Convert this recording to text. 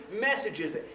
messages